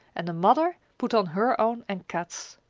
and the mother put on her own and kat's.